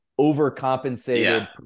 overcompensated